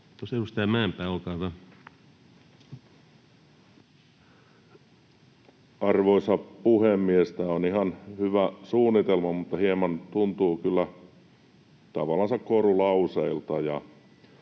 Arvoisa puhemies! Tämä on ihan hyvä suunnitelma, mutta hieman tuntuu kyllä tavallansa korulauseilta.